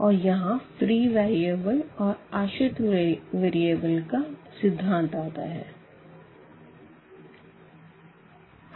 और यहाँ free variable और डिपेंडेंट वेरिएबल का सिद्धांत आता है